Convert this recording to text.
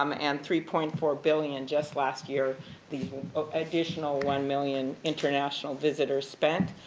um and three point four billion just last year the additional one million international visitors spent.